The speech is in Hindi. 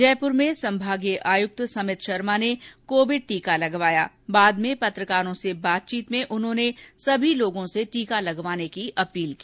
जयपुर में संभागीय आयुक्त समित शर्मा ने कोविड टीका लगवाये के बाद में पत्रकारों से बातचीत में उन्होंने सभी लोगों से टीका लगवाने की अपील की